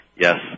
Yes